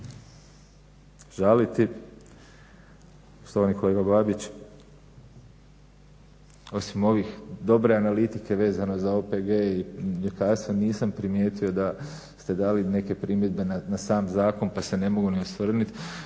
žaliti. Štovani kolega Babić osim ovih dobre analitike vezane za OPG i mljekarstvo nisam primijetio da ste dali neke primjedbe na sam zakon pa se ne mogu ni osvrnut.